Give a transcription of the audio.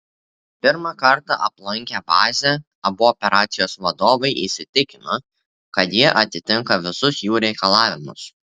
pirmą kartą aplankę bazę abu operacijos vadovai įsitikino kad ji atitinka visus jų reikalavimus